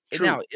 Now